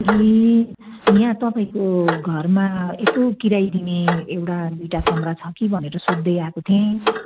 ए यहाँ तपाईँको घरमा यसो किराया दिने एउटा दुइवटा कमरा छ कि भनेर सोद्धै आएको थिएँ